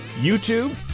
YouTube